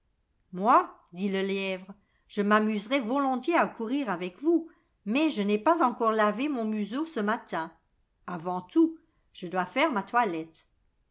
moi dit le lièvre je m'amuserais volontiers à courir avec vous mais je n'ai pas encore lavé mon museau ce matin avant tout je dois faire ma toilette